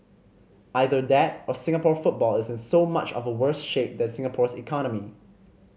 either that or Singapore football is in so much of a worse shape than Singapore's economy